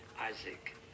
Isaac